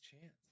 chance